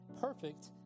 perfect